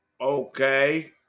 Okay